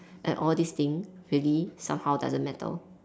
and all these thing really somehow doesn't matter